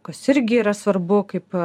kas irgi yra svarbu kaip